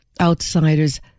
outsiders